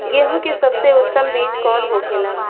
गेहूँ की सबसे उत्तम बीज कौन होखेला?